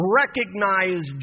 recognize